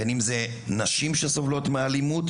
נשים במעגל האלימות